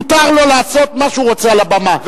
מותר לו לעשות מה שהוא רוצה על הבמה,